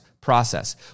process